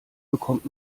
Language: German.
bekommt